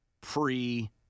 pre